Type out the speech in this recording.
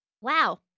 Wow